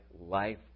life